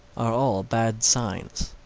are all bad signs.